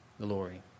glory